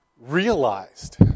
realized